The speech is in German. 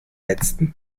letzten